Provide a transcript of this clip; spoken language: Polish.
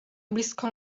blisko